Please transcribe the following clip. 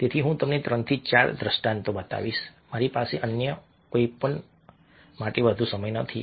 તેથી હું તમને 3 થી 4 દ્રષ્ટાંતો બતાવીશ મારી પાસે અન્ય કંઈપણ માટે વધુ સમય નથી